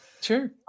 Sure